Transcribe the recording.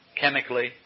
Chemically